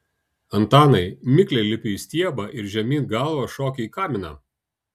antanai mikliai lipi į stiebą ir žemyn galva šoki į kaminą